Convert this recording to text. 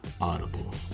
Audible